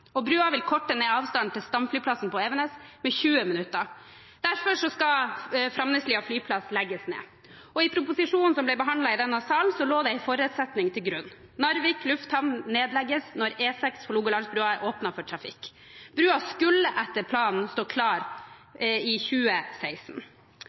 og broen vil korte ned avstanden til stamflyplassen på Evenes med 20 minutter. Derfor skal Framneslia flyplass legges ned. I proposisjonen som ble behandlet i denne salen, lå det en forutsetning til grunn: Narvik lufthavn nedlegges når E6 Hålogalandsbrua er åpnet for trafikk. Broen skulle etter planen stå klar i 2016.